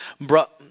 brought